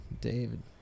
David